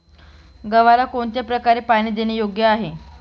गव्हाला कोणत्या प्रकारे पाणी देणे योग्य आहे?